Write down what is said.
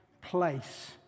place